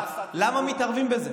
למה מתערבים בזה?